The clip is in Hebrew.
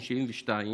בן 72,